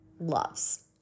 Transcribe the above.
loves